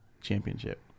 championship